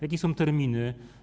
Jakie są terminy?